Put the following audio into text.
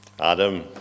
Adam